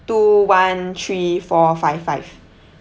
two one three four five five